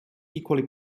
equally